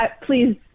please